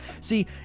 see